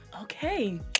Okay